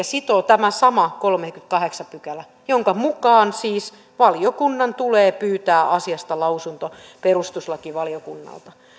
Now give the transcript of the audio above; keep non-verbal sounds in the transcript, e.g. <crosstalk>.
<unintelligible> sitoo tämä sama kolmaskymmeneskahdeksas pykälä jonka mukaan siis valiokunnan tulee pyytää asiasta lausunto perustuslakivaliokunnalta